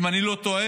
אם איני טועה,